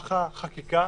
שבמהלך החקיקה